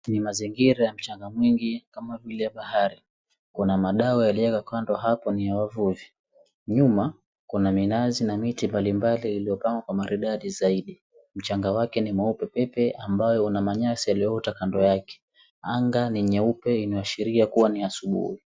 Ni mazingira ya mchanga mwingi kama vile bahari. Kuna madau yaliyoko kando hapo ni wavuvi. Nyuma kuna minazi na miti mbalimbali iliyopangwa kwa maridadi zaidi. Mchanga wake ni mweupe pepe ambayo una manyasi yaliyoota kando yake. Anga ni nyeupe inayoashiria kuwa ni asubuhi.